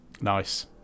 Nice